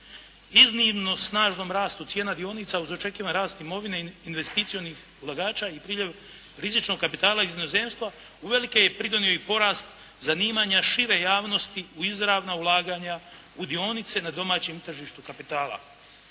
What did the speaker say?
Iznimno snažnom rastu cijena dionica uz očekivani rast imovine investicionih ulagača i priljev rizičnog kapitala iz inozemstva uvelike je pridonio i porast zanimanja šire javnosti u izravna ulaganja u dionice na domaćem tržištu kapitala.